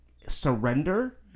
surrender